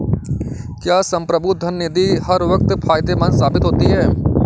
क्या संप्रभु धन निधि हर वक्त फायदेमंद साबित होती है?